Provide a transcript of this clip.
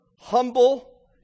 humble